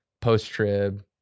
post-trib